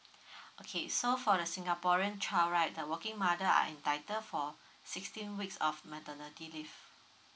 okay so for the singaporean child right the working mother are entitle for sixteen weeks of maternity leave